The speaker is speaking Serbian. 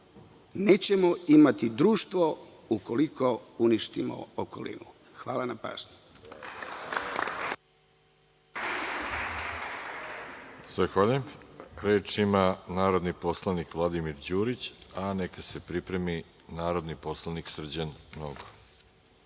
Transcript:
nećemo imati društvo ukoliko uništimo okolinu. Hvala na pažnji. **Veroljub Arsić** Zahvaljujem. Reč ima narodni poslanik Vladimir Đurić, a neka se pripremi narodni poslanik Srđan Nogo.